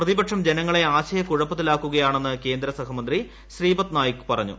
പ്രതിപക്ഷം ജനങ്ങളെ ആശയക്കുഴപ്പത്തിലാക്കുകയാണെന്ന് കേന്ദ്ര സഹമന്ത്രി ശ്രീപദ് നായിക് പറഞ്ഞു